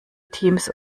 teams